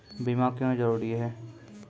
बीमा क्यों जरूरी हैं?